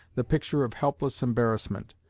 the picture of helpless embarrassment.